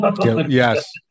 yes